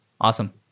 Awesome